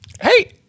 Hey